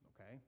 Okay